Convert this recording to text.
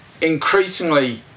increasingly